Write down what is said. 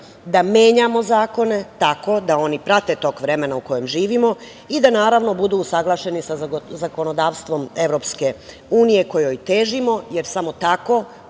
da menjamo zakone tako da oni prate tok vremena u kojem živimo i da, naravno, budu usaglašeni sa zakonodavstvom EU, kojoj težimo, jer samo tako,